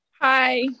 Hi